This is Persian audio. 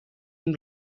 این